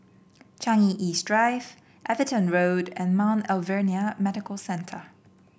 Changi East Drive Everton Road and Mount Alvernia Medical Centre